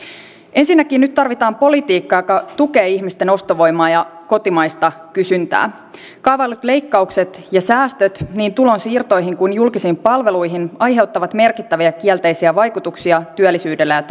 ensinnäkin nyt tarvitaan politiikkaa joka tukee ihmisten ostovoimaa ja kotimaista kysyntää kaavaillut leikkaukset ja säästöt niin tulonsiirtoihin kuin julkisiin palveluihin aiheuttavat merkittäviä kielteisiä vaikutuksia työllisyyteen ja